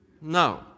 No